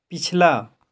पिछला